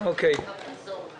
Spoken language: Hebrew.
אז בהמשך אדבר.